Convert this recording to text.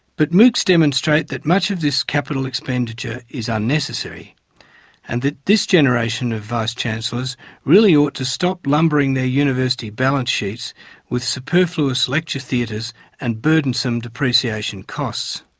but moocs demonstrate that much of this capital expenditure is unnecessary and that this generation of vice-chancellors really ought to stop lumbering their university balance sheets with superfluous lecture theatres and burdensome depreciation costs.